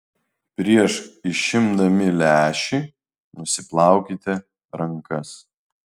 prieš išimdami lęšį nusiplaukite rankas